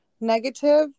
negative